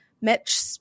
Mitch